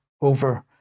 over